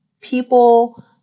people